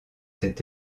cet